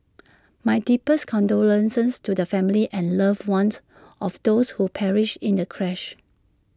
my deepest condolences to the families and loved ones of those who perished in the crash